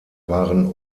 waren